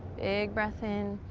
big breath in.